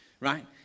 Right